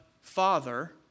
Father